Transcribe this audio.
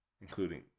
including